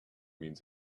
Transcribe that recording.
means